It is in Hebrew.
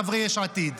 חברי יש עתיד?